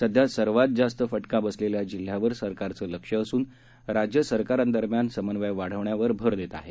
सध्या सर्वात जास्त फटका बसलेल्या जिल्ह्यावर सरकारचं लक्ष असून राज्य सरकारांदरम्यान समन्वय वाढवण्यावर भर देण्यात येत आहे